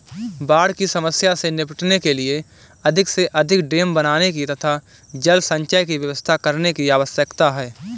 बाढ़ की समस्या से निपटने के लिए अधिक से अधिक डेम बनाने की तथा जल संचय की व्यवस्था करने की आवश्यकता है